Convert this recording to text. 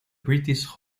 british